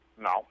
No